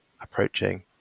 approaching